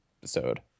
episode